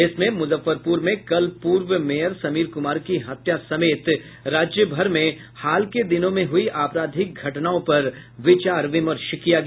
इसमें मुजफ्फरपुर में कल पूर्व मेयर समीर कुमार की हत्या समेत राज्यभर में हाल के दिनों में हुई आपराधिक घटनाओं पर विचार विमर्श किया गया